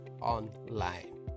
online